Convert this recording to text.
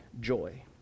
joy